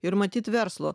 ir matyt verslo